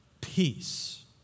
peace